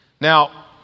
Now